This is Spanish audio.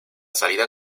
salida